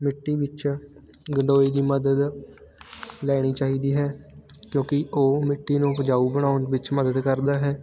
ਮਿੱਟੀ ਵਿੱਚ ਗੰਡੋਏ ਦੀ ਮਦਦ ਲੈਣੀ ਚਾਹੀਦੀ ਹੈ ਕਿਉਂਕਿ ਉਹ ਮਿੱਟੀ ਨੂੰ ਉਪਜਾਊ ਬਣਾਉਣ ਵਿੱਚ ਮਦਦ ਕਰਦਾ ਹੈ